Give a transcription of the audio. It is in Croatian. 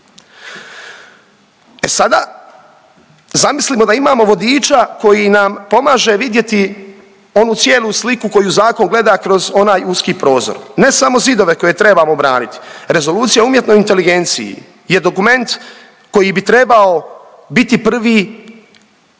E sada zamislimo da imamo vodiča koji nam pomaže vidjeti onu cijelu sliku koju zakon gleda kroz onaj uski prozor, ne samo zidove koje trebamo braniti. Rezolucija o umjetnoj inteligenciji je dokument koji bi trebao biti prvi